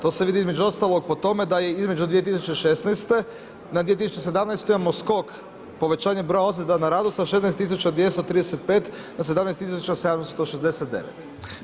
To se vidi između ostalog po tome da je između 2016. na 2017. imamo skok povećanja broja ozljeda na radu sa 16.235 na 17.769.